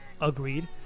Agreed